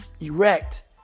erect